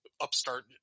upstart